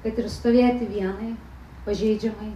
kad ir stovėti vienai pažeidžiamai